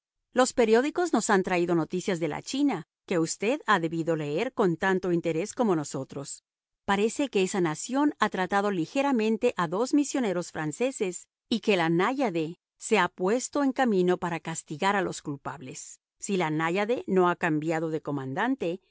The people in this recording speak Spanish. los periódicos nos han traído noticias de la china que usted ha debido leer con tanto interés como nosotros parece que esa nación ha tratado ligeramente a dos misioneros franceses y que la náyade se ha puesto en camino para castigar a los culpables si la náyade no ha cambiado de comandante